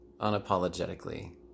unapologetically